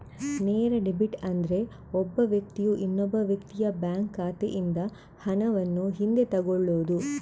ನೇರ ಡೆಬಿಟ್ ಅಂದ್ರೆ ಒಬ್ಬ ವ್ಯಕ್ತಿಯು ಇನ್ನೊಬ್ಬ ವ್ಯಕ್ತಿಯ ಬ್ಯಾಂಕ್ ಖಾತೆಯಿಂದ ಹಣವನ್ನು ಹಿಂದೆ ತಗೊಳ್ಳುದು